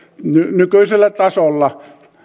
nykyisellä tasolla